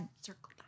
circle